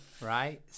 right